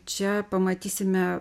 čia pamatysime